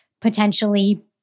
potentially